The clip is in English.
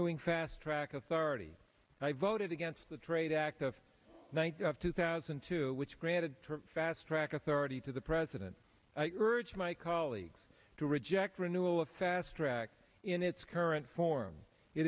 renewing fast track authority i voted against the trade act of two thousand and two which granted fast track authority to the president urged my colleagues to reject renewal of fast track in its current form it